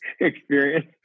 experience